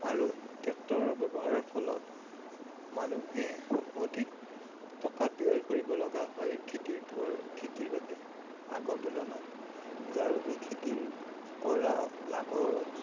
আৰু ট্ৰেক্টৰৰ ব্যৱহাৰৰ ফলত মানুহে অধিক টকা ব্যয় কৰিব লগা হয় খেতিৰ খেতিৰ বাবে আগৰ তুলনাত যাৰ বাবে খেতিৰ পৰা লাভ